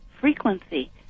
frequency